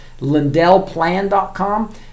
lindellplan.com